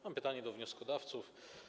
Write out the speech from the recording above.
Mam pytanie do wnioskodawców.